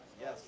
Yes